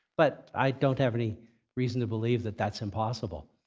but i don't have any reason to believe that that's impossible.